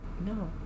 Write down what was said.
No